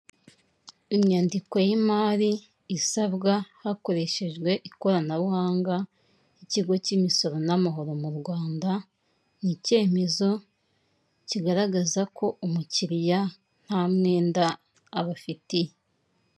Inyandiko y'imari isabwa hakoreshejwe ikoranabuhanga y'ikigo cy'imisoro n'amahoro mu Rwanda ni icyemezo kigaragaza ko umukiriya nta mwenda abifitiye.